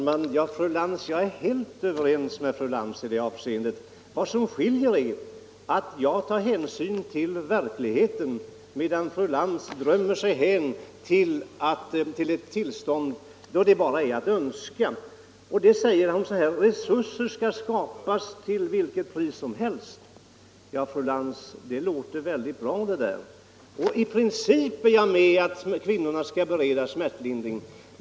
Herr talman! Jag är helt överens med fru Lantz i det senare avseendet. Vad som skiljer är att jag tar hänsyn till verkligheten, medan fru Lantz drömmer sig hän till ett tillstånd då det bara är att önska. Resurser skall skapas till vilket pris som helst! Ja, fru Lantz, det låter bra och i princip är jag med: Kvinnorna skall beredas smärtlindring.